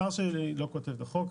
השר שלי לא כותב את החוק,